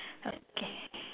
okay